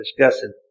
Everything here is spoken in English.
discussing